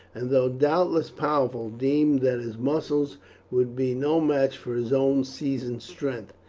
and though doubtless powerful, deemed that his muscles would be no match for his own seasoned strength.